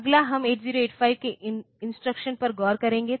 अगला हम 8085 के इंस्ट्रक्शंस पर गौर करेंगे